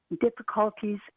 difficulties